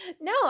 No